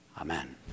Amen